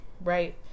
right